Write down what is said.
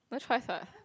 no choice [what]